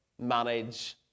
manage